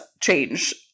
change